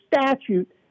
statute